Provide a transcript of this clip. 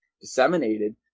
disseminated